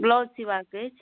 blouse सियबाक अछि